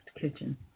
Kitchen